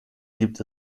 gibt